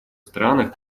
странах